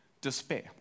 despair